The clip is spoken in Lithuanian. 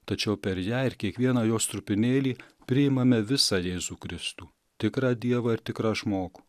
tačiau per ją ir kiekvieną jos trupinėlį priimame visą jėzų kristų tikrą dievą ir tikrą žmogų